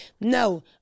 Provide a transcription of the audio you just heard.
No